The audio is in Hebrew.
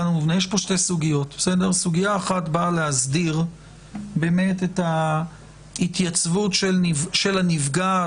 יש פה שתי סוגיות: סוגיה אחת באה להסדיר את ההתייצבות של הנפגעת,